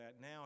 now